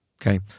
okay